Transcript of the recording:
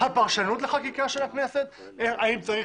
לא צריך